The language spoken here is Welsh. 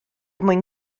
mwyn